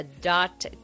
dot